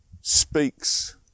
speaks